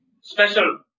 special